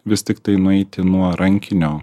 vis tiktai nueiti nuo rankinio